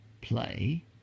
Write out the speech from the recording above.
play